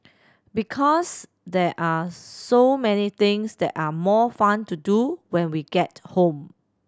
because there are so many things that are more fun to do when we get home